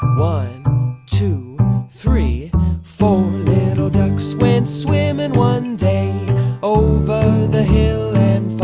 one two three four little ducks went swimming one day over the hill and